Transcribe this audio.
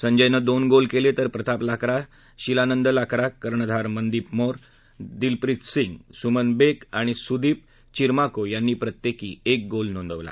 संजयनं दोन गोल केले तर प्रताप लाक्रा शिलानंद लाक्रा कर्णधार मनदीप मोर दिलप्रीत सिंग सुमन बेक आणि सुदीप चिर्माको यांनी प्रत्येकी एक गोल नोंदवला